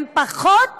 יש פחות